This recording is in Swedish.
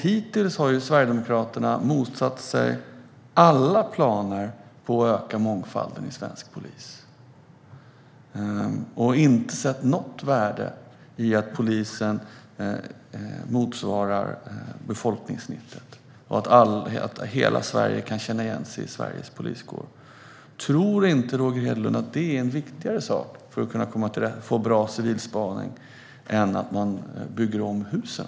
Hittills har Sverigedemokraterna motsatt sig alla planer på att öka mångfalden i svensk polis och inte sett något värde i att polisen motsvarar befolkningssnittet och att hela Sverige kan känna igen sig i Sveriges poliskår. Tror inte Roger Hedlund att det är en viktigare sak för att kunna få bra civilspaning än att man bygger om husen?